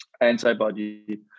antibody